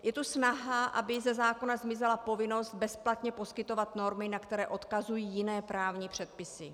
Je tu snaha, aby ze zákona zmizela povinnost bezplatně poskytovat normy, na které odkazují jiné právní předpisy.